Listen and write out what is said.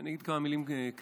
אני אגיד כמה מילים כלליות,